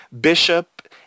Bishop